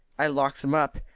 i lock them up,